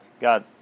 God